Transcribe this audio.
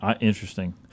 Interesting